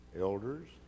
elders